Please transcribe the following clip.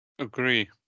Agree